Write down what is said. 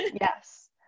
Yes